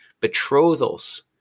betrothals